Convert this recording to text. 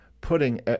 putting